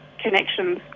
connections